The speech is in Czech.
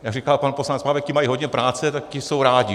Jak říkal pan poslanec Pávek, ti mají hodně práce, tak ti jsou rádi.